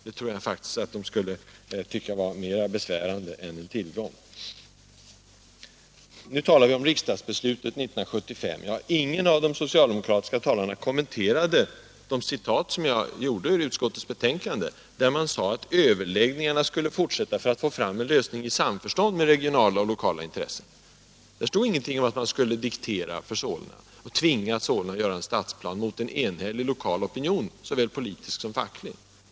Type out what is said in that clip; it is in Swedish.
Det tror jag faktiskt de skulle tycka vara mer besvärande än en tillgång. Nu talar vi om riksdagsbeslutet 1975. Ingen av de socialdemokratiska talarna kommenterade mina citat ur utskottsbetänkandet, där det bl.a. heter att överläggningarna skulle fortsätta för att få fram en lösning i samförstånd med regionala och lokala intressen. Där står ingenting om att man skulle tvinga Solna att göra en stadsplan mot en enhällig lokal opinion, såväl politisk som facklig.